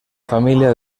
familia